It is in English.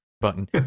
button